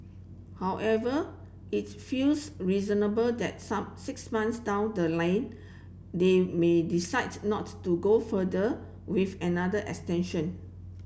however it feels reasonable that some six months down the line they may decide not to go further with another extension